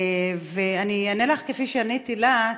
ואני אענה לך כפי שעניתי לה.